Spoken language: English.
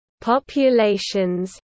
populations